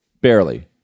Barely